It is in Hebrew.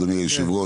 אדוני יושב הראש,